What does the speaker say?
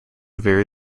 very